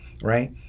right